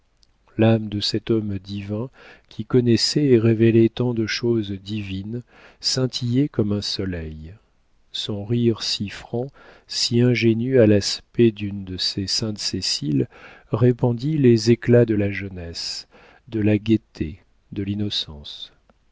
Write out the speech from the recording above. l'âme de cet homme divin qui connaissait et révélait tant de choses divines scintillait comme un soleil son rire si franc si ingénu à l'aspect d'une de ses saintes céciles répandit les éclats de la jeunesse de la gaieté de l'innocence